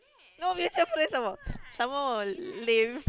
no mutual friend some more some more lame